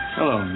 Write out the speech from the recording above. Hello